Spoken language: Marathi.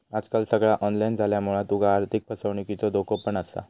आजकाल सगळा ऑनलाईन झाल्यामुळा तुका आर्थिक फसवणुकीचो धोको पण असा